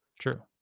True